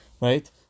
right